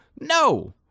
no